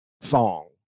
song